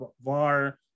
VAR